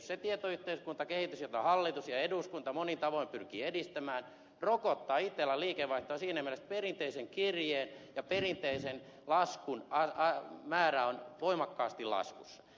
se tietoyhteiskuntakehitys jota hallitus ja eduskunta monin tavoin pyrkii edistämään rokottaa itellan liikevaihtoa siinä mielessä että perinteisen kirjeen ja perinteisen laskun määrä on voimakkaasti laskussa